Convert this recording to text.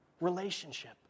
relationship